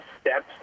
steps